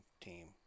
team